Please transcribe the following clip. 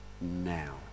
now